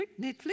Netflix